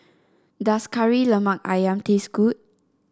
does Kari Lemak ayam taste good